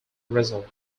result